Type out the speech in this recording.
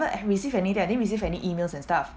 received anything I didn't receive any emails and stuff